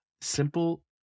simple